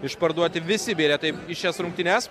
išparduoti visi bilietai į šias rungtynes